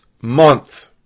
month